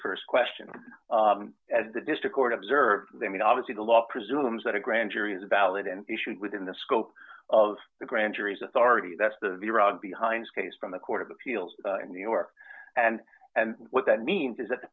your st question as the district court observed they mean obviously the law presumes that a grand jury is a ballot and issued within the scope of the grand jury's authority that's the the rug behinds case from the court of appeals in new york and and what that means is that the